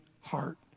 heart